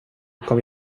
kom